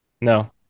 No